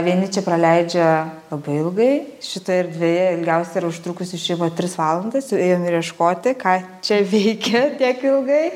vieni čia praleidžia labai ilgai šitoje erdvėje ilgiausiai yra užtrukusi šeima tris valandas jau ėjom ir ieškoti ką čia veikia tiek ilgai